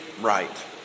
right